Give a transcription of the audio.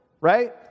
right